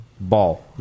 Ball